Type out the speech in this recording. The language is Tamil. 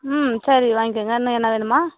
ம் சரி வாய்ங்கோங்க இன்னும் என்ன வேணுமா